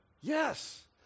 Yes